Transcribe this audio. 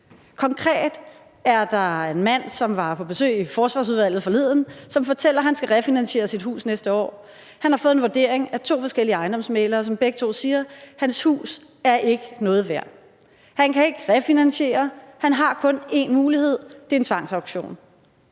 kan jeg nævne en mand, som var på besøg i Forsvarsudvalget forleden. Han fortæller, at han skal refinansiere sit hus til næste år. Han har fået en vurdering af to forskellige ejendomsmæglere, som begge siger, at hans hus ikke er noget værd. Han kan ikke refinansiere. Han har kun én mulighed, og det er en tvangsauktion.